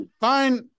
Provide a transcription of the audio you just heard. Fine